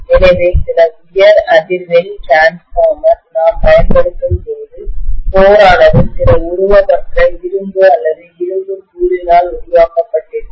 எனவே சில உயர் அதிர்வெண் மின்மாற்றிடிரான்ஸ்பார்மர்நாம் பயன்படுத்தும் போது மையமானது கோரானதுசில உருவமற்ற இரும்பு அல்லது இரும்பு தூளினால் உருவாக்கப்பட்டிருக்கும்